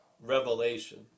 revelation